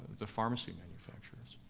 the pharmacy manufacturers.